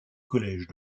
collège